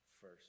first